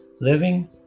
living